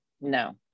No